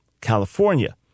California